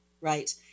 right